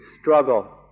struggle